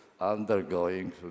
undergoing